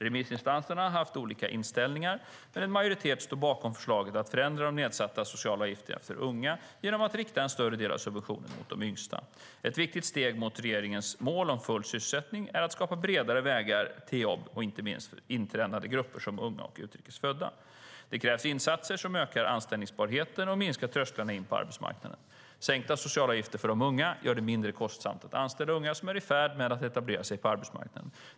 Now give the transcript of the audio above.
Remissinstanserna har haft olika inställningar, men en majoritet står bakom förslaget att förändra de nedsatta socialavgifterna för unga genom att rikta en större del av subventionen mot de yngsta. Ett viktigt steg mot regeringens mål om full sysselsättning är att skapa bredare vägar till jobb, inte minst för inträdande grupper som unga och utrikes födda. Det krävs insatser som ökar anställbarheten och minskar trösklarna in på arbetsmarknaden. Sänkta socialavgifter för de unga gör det mindre kostsamt att anställa unga som är i färd med att etablera sig på arbetsmarknaden.